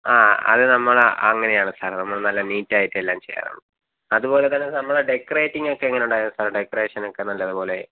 ആ അത് നമ്മൾ അങ്ങനെയാണ് സാർ നമ്മൾ നല്ല നീറ്റ് ആയിട്ടേ എല്ലാം ചെയ്യാറുള്ളൂ അതുപോലെ തന്നെ നമ്മുടെ ഡെക്കറേറ്റിങ്ങ് ഒക്കെ എങ്ങനെ ഉണ്ടായിരുന്നു സാർ ഡെക്കറേഷൻ ഒക്കെ നല്ലതുപോലെ